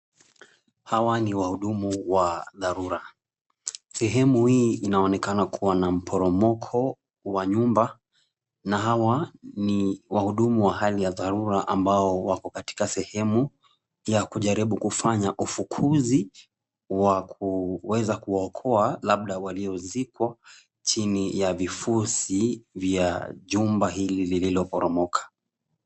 Hawa ni wahudumu wa dharura. Sehemu hii inaonekana kuwa na mporomoko wa nyumba na hawa ni wahudumu wa hali ya dharura amba wako katika sehemu ya kujaribu kufanya ufukuzi wa kuweza kuwaokoa labda waliozikwa, chini ya vifusi vya jumba hili lililoporomoka.